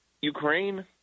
Ukraine